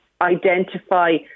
identify